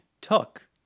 took